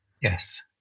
Yes